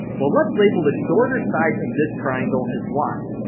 well, let's label the shorter side of this triangle as y.